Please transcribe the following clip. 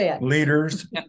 leaders